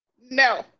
no